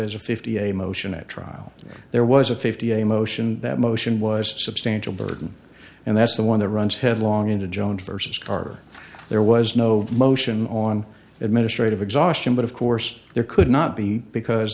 as a fifty a motion at trial there was a fifty a motion that motion was a substantial burden and that's the one that runs headlong into jones versus carr there was no motion on administrative exhaustion but of course there could not be because